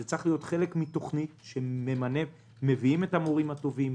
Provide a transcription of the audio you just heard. זה צריך להיות חלק מתכנית שמביאים את המורים הטובים,